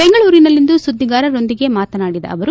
ಬೆಂಗಳೂರಿನಲ್ಲಿಂದು ಸುದ್ಲಿಗಾರರೊಂದಿಗೆ ಮಾತನಾಡಿದ ಅವರು